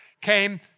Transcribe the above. came